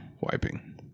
wiping